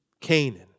Canaan